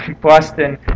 Boston